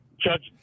judge